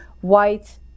white